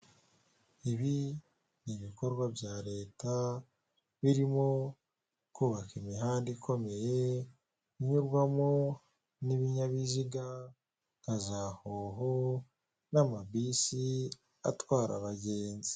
Ibi ni ibikorwa bya leta birimo kubaka imihanda ikomeye inyurwamo n'ibinyabiziga nka za hoho n'amabisi atwara abagenzi.